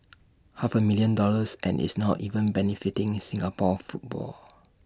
half A million dollars and it's not even benefiting Singapore football